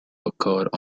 occurred